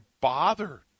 bother